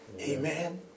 Amen